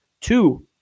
Two